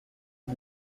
est